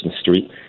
Street